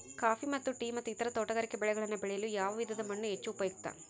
Coffee ಮತ್ತು tea ಮತ್ತು ಇತರ ತೋಟಗಾರಿಕೆ ಬೆಳೆಗಳನ್ನು ಬೆಳೆಯಲು ಯಾವ ವಿಧದ ಮಣ್ಣು ಹೆಚ್ಚು ಉಪಯುಕ್ತ?